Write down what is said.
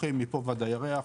ביטוחים מפה ועד הירח,